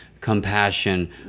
compassion